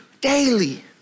Daily